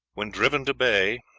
when driven to bay,